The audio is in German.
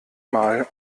mal